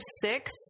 six